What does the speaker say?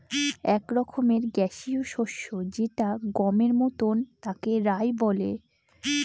এক রকমের গ্যাসীয় শস্য যেটা গমের মতন তাকে রায় বলে